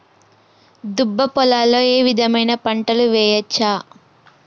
దుబ్బ పొలాల్లో ఏ విధమైన పంటలు వేయచ్చా?